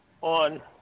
on